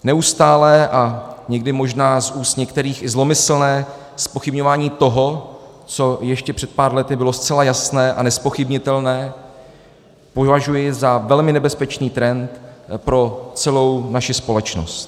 Neustále a někdy možná z úst některých i zlomyslné zpochybňování toho, co ještě před pár lety bylo zcela jasné a nezpochybnitelné, považuji za velmi nebezpečný trend pro celou naši společnost.